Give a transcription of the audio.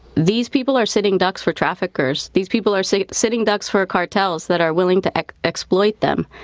these people are sitting ducks for traffickers. these people are sitting sitting ducks for cartels that are willing to exploit them.